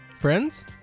Friends